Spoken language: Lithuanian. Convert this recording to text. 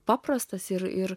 paprastas ir ir